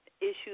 issues